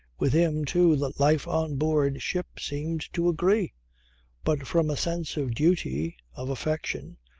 with him too the life on board ship seemed to agree but from a sense of duty, of affection,